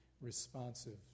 responsive